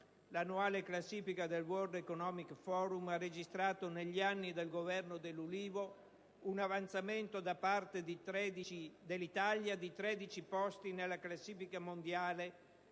L'annuale classifica del *World Economic Forum* ha registrato negli anni di governo dell'Ulivo un avanzamento da parte dell'Italia di 13 posti nella classifica mondiale